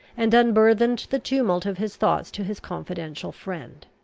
and unburthened the tumult of his thoughts to his confidential friend.